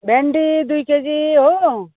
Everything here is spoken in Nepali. भिन्डी दुई केजी हो